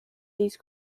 these